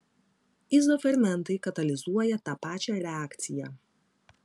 izofermentai katalizuoja tą pačią reakciją